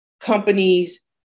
companies